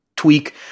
Tweak